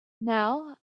now